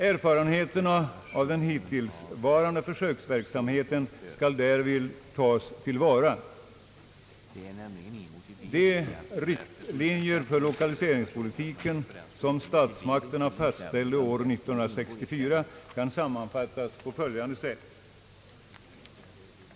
Erfarenheterna av den hittillsvarande försöksverksamheten skall därvid tas till vara. De riktlinjer för lokaliseringspolitiken som statsmakterna fastställde år 1964 kan sammanfattas på följande sätt.